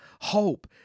Hope